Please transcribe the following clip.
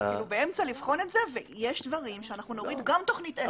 גם תוכנית עסק.